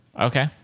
Okay